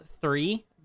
three